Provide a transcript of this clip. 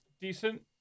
decent